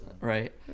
right